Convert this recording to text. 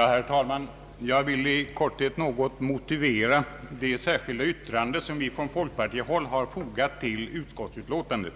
Herr talman! Jag vill i korthet motivera det särskilda yttrande som vi från folkpartiet fogat till utskottsutlåtandet.